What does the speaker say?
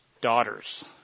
daughters